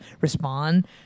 respond